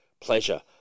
pleasure